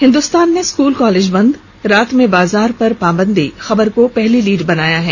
हिन्दुस्तान ने school college बन्द रात में बाजार पर पाबंदी खबर को पहली लीड बनाया है